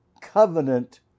covenant